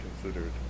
considered